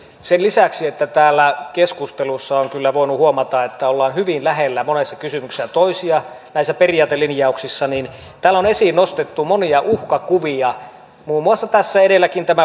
sen lisäksi että täällä keskusteluissa on kyllä voinut huomata että olemme hyvin lähellä monessa kysymyksessä toisiamme näissä periaatelinjauksissa täällä on esiin nostettu monia uhkakuvia muun muassa tässä edelläkin tämä posti